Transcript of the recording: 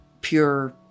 pure